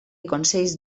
consells